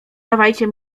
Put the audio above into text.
dawajcie